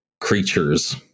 creatures